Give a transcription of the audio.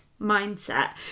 mindset